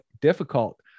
difficult